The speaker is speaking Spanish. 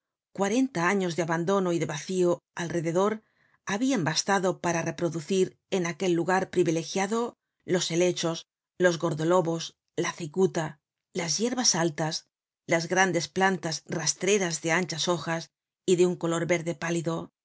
cuarenta años de abandono y de vacío alrededor habian bastado para reproducir en aquel lugar privilegiado los helechos los gordolobos la cicuta las yerbas altas las grandes plantas rastreras de anchas hojas y de un color verde pálido